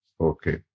Okay